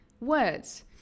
words